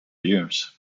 years